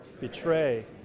betray